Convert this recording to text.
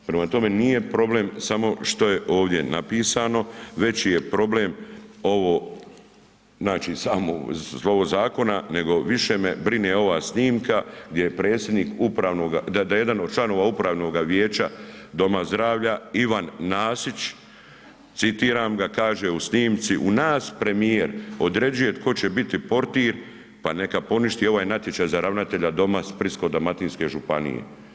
Prema tome nije problem samo što je ovdje napisano veći je problem ovo znači samo slovo zakona, nego više me brine ova snimka gdje je predsjednik upravnoga, da jedan od članova upravnoga vijeća doma zdravlja Ivan Nasić citiram ga kaže u snimci: U nas premijer određuje tko će biti portir, pa neka poništi ovaj natječaj za ravnatelja doma Splitsko-dalmatinske županije.